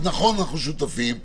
אז נכון שאנחנו שותפים,